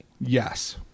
Yes